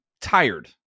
tired